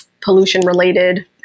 pollution-related